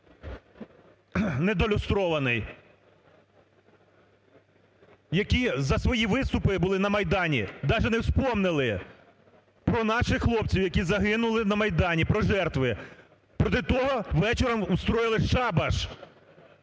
недолюстрований, які за свої виступи були на Майдані даже не вспомнили про наших хлопців, які загинули на Майдані, про жертви. Проти того у вечором устроили шабаш,